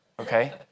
Okay